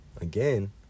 again